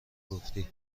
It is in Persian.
گفتی